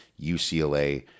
ucla